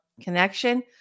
connection